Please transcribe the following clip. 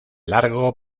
largo